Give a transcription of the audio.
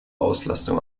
auslastung